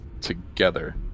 together